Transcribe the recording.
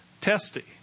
testy